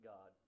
God